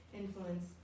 influence